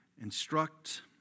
instruct